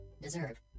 deserve